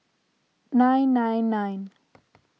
nine nine nine